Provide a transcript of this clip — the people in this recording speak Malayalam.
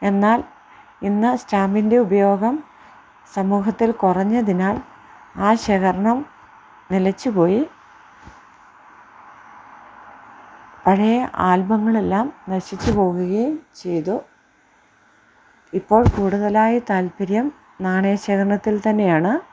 എന്നാൽ ഇന്ന് സ്റ്റാമ്പിൻ്റെ ഉപയോഗം സമൂഹത്തിൽ കുറഞ്ഞതിനാൽ ആ ശേഖരണം നിലച്ചുപോയി പഴയ ആൽബങ്ങൾ എല്ലാം നശിച്ചു പോകുകയും ചെയ്തു ഇപ്പോൾ കൂടുതലായി താല്പര്യം നാണയ ശേഖരണത്തിൽ തന്നെയാണ്